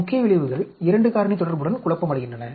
முக்கிய விளைவுகள் 2 காரணி தொடர்புடன் குழப்பமடைகின்றன